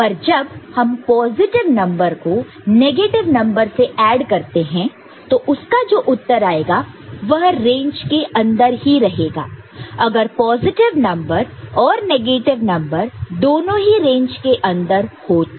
पर जब हम पॉजिटिव नंबर को नेगेटिव नंबर से ऐड करते हैं तो उसका जो उत्तर आएगा वह रेंज के अंदर ही रहेगा अगर पॉजिटिव नंबर और नेगेटिव नंबर दोनों ही रेंज के अंदर हो तो